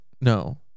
No